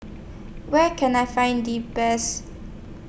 Where Can I Find The Best